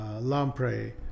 lamprey